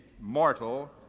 mortal